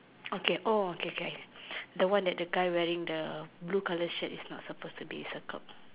okay oh okay okay the one that the guy wearing the blue color shirt is not supposed to be circled